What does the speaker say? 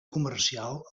comercial